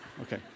okay